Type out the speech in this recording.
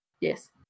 Yes